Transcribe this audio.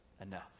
enough